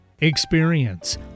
Experience